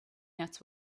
nuts